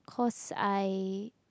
cause I